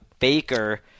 Baker